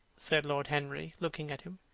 said lord henry, looking at him.